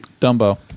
Dumbo